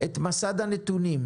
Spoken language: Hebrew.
את מסד הנתונים,